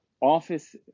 office